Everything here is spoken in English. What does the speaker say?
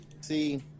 see